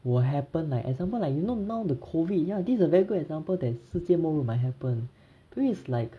will happen example like you know now the COVID ya I think it's a very good example that 世界末日 might happen because it's like